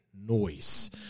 noise